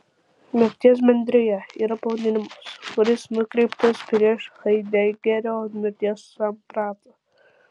mirties bendrija yra pavadinimas kuris nukreiptas prieš haidegerio mirties sampratą